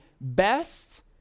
best